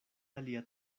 alia